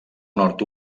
nord